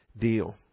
deal